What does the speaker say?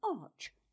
arch